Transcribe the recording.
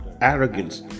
arrogance